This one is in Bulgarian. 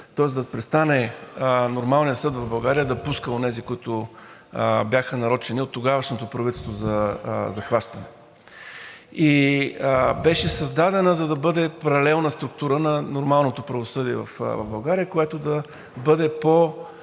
тоест да престане нормалният съд в България да пуска онези, които бяха нарочени от тогавашното правителство за хващане. Беше създадена, за да бъде паралелна структура на нормалното правосъдие в България, което по